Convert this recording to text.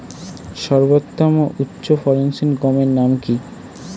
সর্বোত্তম ও উচ্চ ফলনশীল গমের নাম কি?